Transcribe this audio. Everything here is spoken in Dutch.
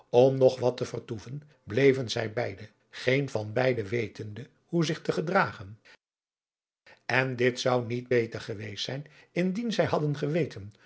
nog wat te vertoeven bleven zij beide geen van beide wetende hoe zich te gedragen en dit zou niet beter geweest zijn indien zij hadden geweten